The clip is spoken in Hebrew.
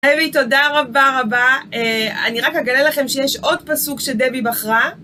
דבי, תודה רבה רבה, אני רק אגלה לכם שיש עוד פסוק שדבי בחרה.